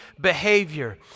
behavior